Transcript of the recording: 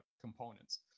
components